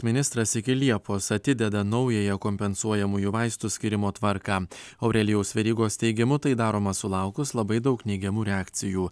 ministras iki liepos atideda naująją kompensuojamųjų vaistų skyrimo tvarką aurelijaus verygos teigimu tai daroma sulaukus labai daug neigiamų reakcijų